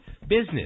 business